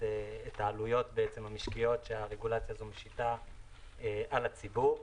העלויות המשקיות שהרגולציה הזו משיתה על הציבור.